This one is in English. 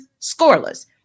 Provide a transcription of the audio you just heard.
scoreless